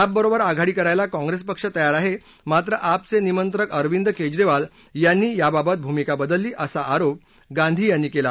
आपबरोबर आघाडी करायला काँग्रेसपक्ष तयार आहे मात्र आपचे निमंत्रक अरविंद केजरीवाल यांनी याबाबत भूमिका बदलली असा आरोप गांधी यांनी केला